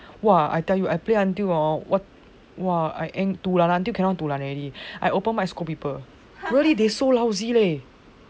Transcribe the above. !wah! I tell you I play until hor what !wah! I damn du lan until cannot du lan already I open mic scold people really they so lousy eh